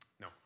No